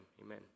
Amen